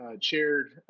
chaired